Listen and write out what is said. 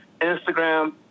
Instagram